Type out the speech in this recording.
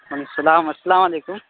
و علیکم السلام السلام علیکم